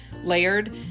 layered